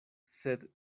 sed